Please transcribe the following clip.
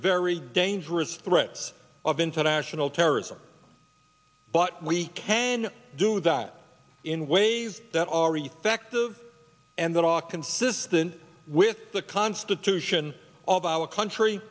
very dangerous threats of international terrorism but we can do that in ways that are effective and that iraq consistent with the constitution of our country